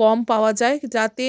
কম পাওয়া যায় যাতে